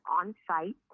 on-site